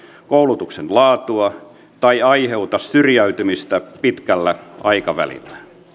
koulutuksen laatua tai aiheuta syrjäytymistä pitkällä aikavälillä